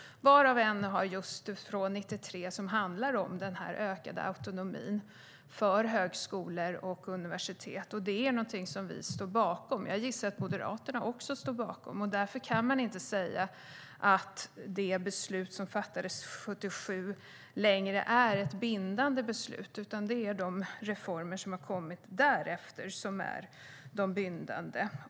En av dem, från 1993, handlar om den ökade autonomin för högskolor och universitet. Det är någonting som vi står bakom och som jag gissar att även Moderaterna står bakom. Därför kan man inte säga att det beslut som fattades 1977 fortfarande är ett bindande beslut. Det är de reformer som har kommit därefter som är de bindande.